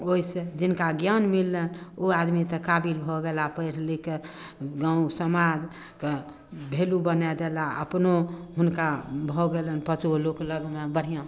ओहिसऽ जिनका ज्ञान मिललैन ओ आदमी तऽ काबिल भऽ गेला पैढ़ लिख कऽ गाँव समाज कऽ भेलू बनै देला अपनो हुनका भऽ गेलैन पाँचगो लोक लगमे बढ़िआँ